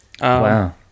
wow